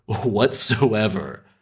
whatsoever